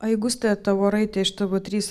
aigustė tavoraitė iš tv trys